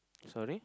sorry